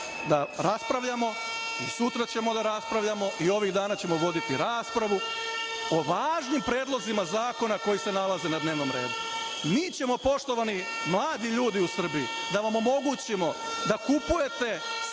da raspravljamo i sutra ćemo da raspravljamo i ovih dana ćemo da vodimo raspravu o važnim predlozima zakona koji se nalaze na dnevnom redu. Mi ćemo, poštovani mladi ljudi u Srbiji, da vam omogućimo da kupujete